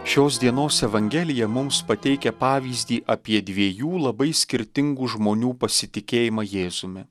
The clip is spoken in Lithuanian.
šios dienos evangelija mums pateikia pavyzdį apie dviejų labai skirtingų žmonių pasitikėjimą jėzumi